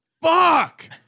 Fuck